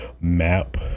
map